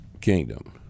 kingdom